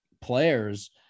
players